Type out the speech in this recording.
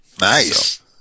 Nice